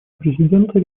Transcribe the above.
президента